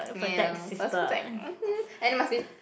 must protect and must be